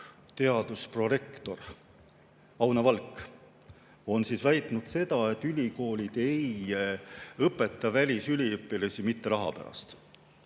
teadusprorektor Aune Valk on väitnud seda, et ülikoolid ei õpeta välisüliõpilasi mitte raha pärast.